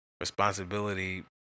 responsibility